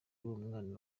umwana